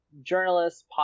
journalists